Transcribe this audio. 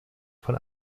von